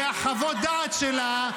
מחוות הדעת שלה,